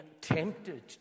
tempted